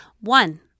One